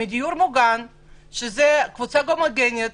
מדיור מוגן שבו פועלת בריכה לקבוצה הומוגנית.